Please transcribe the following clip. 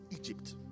Egypt